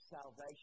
salvation